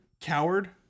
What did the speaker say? coward